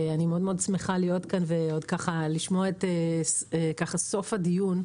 אני מאוד מאוד שמחה להיות כאן ולשמוע את סוף הדיון.